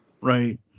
Right